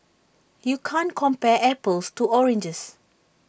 you can't compare apples to oranges